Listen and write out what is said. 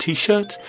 T-shirt